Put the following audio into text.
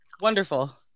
Wonderful